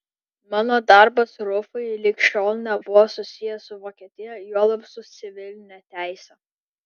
mano darbas rufui lig šiol nebuvo susijęs su vokietija juolab su civiline teise